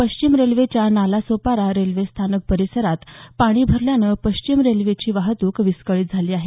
पश्चिम रेल्वेच्या नालासोपारा रेल्वे स्थानक परिसरात पाणी भरल्यानं पश्चिम रेल्वेची वाहतूक विस्कळीत झाली आहे